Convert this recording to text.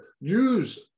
Use